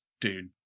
dude